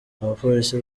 abapolisi